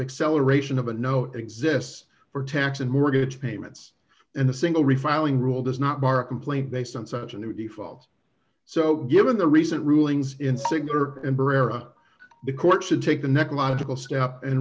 acceleration of a no exists for tax and mortgage payments and a single refiling rule does not bar a complaint based on such a new default so given the recent rulings in signature and pereira the court should take the next logical step and